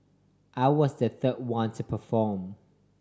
I was the third one to perform